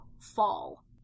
fall